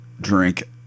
drink